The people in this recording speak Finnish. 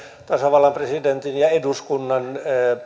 tasavallan presidentin ja eduskunnan